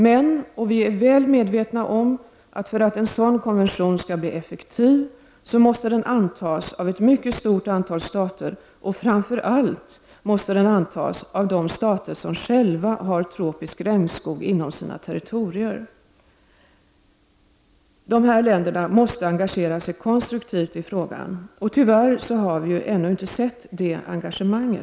Men vi är väl medvetna om att för att en sådan konvention skall bli effektiv måste den antas av ett mycket stort antal stater, och framför allt måste den antas av de stater som själva har tropisk regnskog inom sina territorier. Dessa länder måste engagera sig konstruktivt i frågan. Tyvärr har vi ännu inte sett det engagemanget.